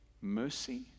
mercy